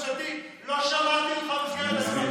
כשיהדות התורה הצביעה נגד חוק ממשלתי לא שמעתי אותך,